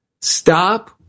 stop